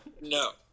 no